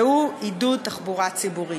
והוא עידוד תחבורה ציבורית.